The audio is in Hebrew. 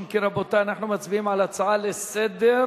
אם כן, רבותי, אנחנו מצביעים על הצעה לסדר,